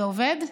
זה עובד,